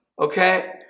okay